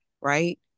Right